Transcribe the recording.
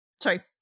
Sorry